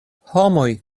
homoj